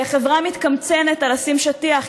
כי החברה מתקמצנת על לשים שטיח,